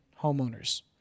homeowners